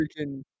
freaking